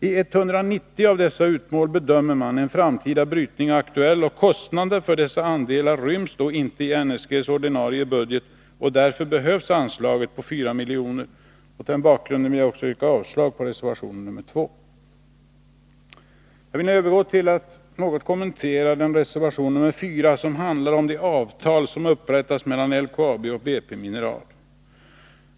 I 190 av dessa utmål bedömer man en framtida brytning aktuell. Kostnaderna för dessa andelar ryms inte i NSG:s ordinarie budget, och därför behövs anslaget på 4 miljoner. Jag yrkar därför avslag även på reservation 2. Jag vill nu övergå till att kommentera reservation 4 som handlar om det avtal som upprättats mellan LKAB och BP Mineral.